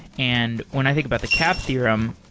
and when i think about the cap theorem,